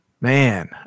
Man